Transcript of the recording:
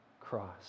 cross